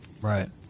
Right